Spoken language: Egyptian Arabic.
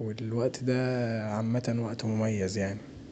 والوقت دا عامة وقت مميز يعني.